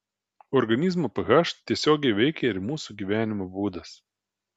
organizmo ph tiesiogiai veikia ir mūsų gyvenimo būdas